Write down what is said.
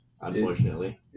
Unfortunately